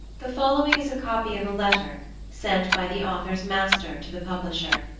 the following is a copy of a letter sent by the author's master to the publisher.